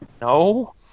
No